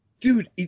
Dude